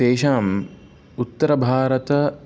तेषाम् उत्तरभारत